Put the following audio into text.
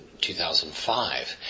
2005